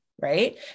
right